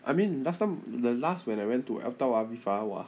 I mean you last time the last when I went to tel aviv ah !wah!